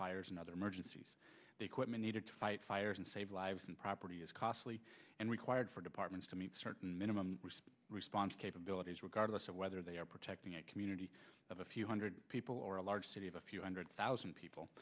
fires and other emergencies the equipment needed to fight fires and save lives and property is costly and required for departments to meet certain minimum response capabilities regardless of whether they are protecting a community of a few hundred people or a large city of a few hundred thousand people